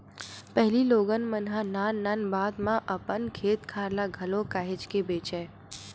पहिली लोगन मन ह नान नान बात म अपन खेत खार ल घलो काहेच के बेंचय